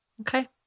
Okay